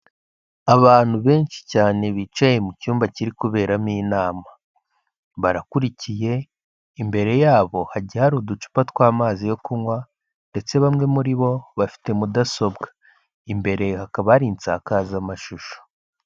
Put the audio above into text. Abantu benshi cyane bicaye mu cyumba kiri kuberamo inama, barakurikiye, imbere yabo hagiye hari uducupa tw'amazi yo kunywa ndetse bamwe muri bo bafite mudasobwa. Imbere hakaba hari insakazamashusho.